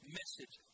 message